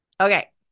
Okay